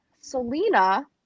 Selena